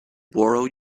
borrow